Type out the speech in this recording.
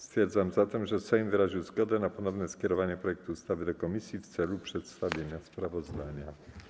Stwierdzam zatem, że Sejm wyraził zgodę na ponowne skierowanie projektu ustawy do komisji w celu przedstawienia sprawozdania.